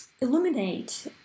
illuminate